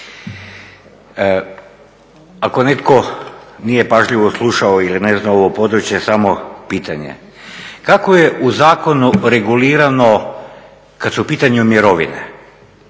Ako netko nije pažljivo slušao ili ne zna ovo područje samo pitanje, kako je u zakonu regulirano kada su u pitanju mirovine